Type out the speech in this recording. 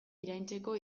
iraintzeko